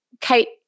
Kate